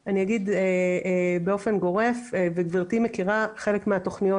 אני אגיד כמעט באופן גורף וגברתי מכירה חלק מהתכניות